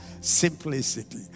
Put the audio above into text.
simplicity